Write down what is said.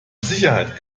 sicherheit